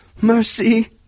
Mercy